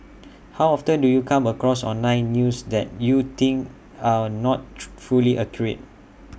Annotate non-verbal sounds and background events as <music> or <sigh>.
<noise> how often do you come across online news that you think are not <noise> fully accurate